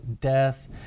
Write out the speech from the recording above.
death